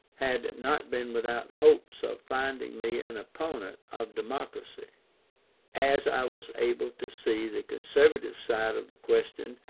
had not been without hopes of finding me an opponent of democracy as i was able to see the conservative side of the question,